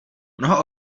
mnoho